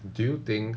do you think